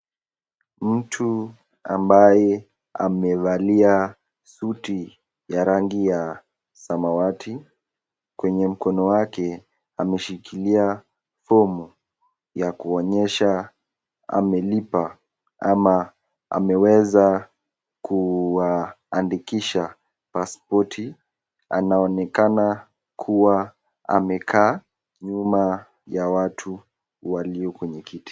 Mtu ambaye amevalia suti ya rangi ya samawati. Kwenye mkono wake, ameshika fomu ya kuonyesha amelipa ama ameweza kuandikisha pasipoti. Anaonekana kuwa amekaa nyuma ya watu walio kwenye kiti.